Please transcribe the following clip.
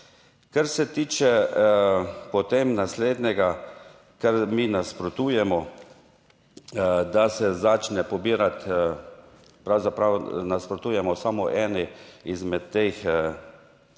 Kar se tiče potem naslednjega, kar mi nasprotujemo, da se začne pobirati, pravzaprav nasprotujemo samo eni izmed teh novosti,